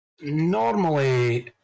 Normally